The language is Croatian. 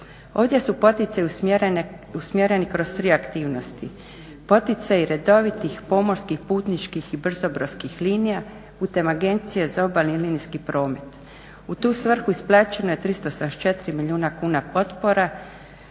Ovdje su poticaji usmjereni kroz tri aktivnosti. Poticaji redovitih pomorskih, putničkih i brzo brodskih linija putem Agencije za obalni linijski promet. U tu svrhu isplaćeno je 374 milijuna kuna potpora,